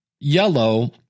yellow